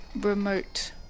remote